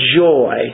joy